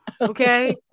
Okay